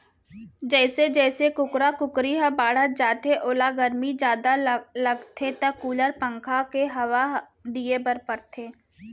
जइसे जइसे कुकरा कुकरी ह बाढ़त जाथे ओला गरमी जादा लागथे त कूलर, पंखा के हवा दिये बर परथे